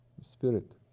Spirit